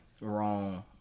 wrong